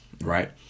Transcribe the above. right